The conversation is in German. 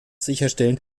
sicherstellen